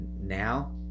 Now